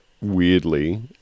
weirdly